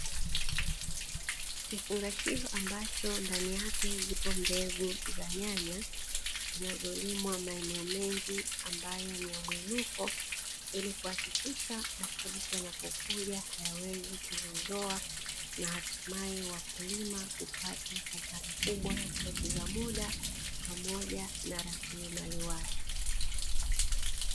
Kifungashio ambacho ndani yake zipo mbegu za nyanya zinazolimwa maeneo mengi ambayo ni ya mwinuko, ili kuhakikisha mafuriko yanapokuja hayawezi kuzizoa na hatimaye wakulima kupata hasara kubwa ya kupoteza muda pamoja na rasilimali watu.